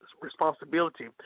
responsibility